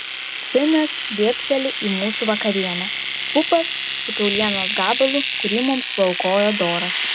finas dėbteli į mūsų vakarienę pupas su kiaulienos gabalu kurį mums paaukojo dora